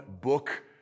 book